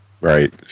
right